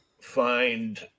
find